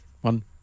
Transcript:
One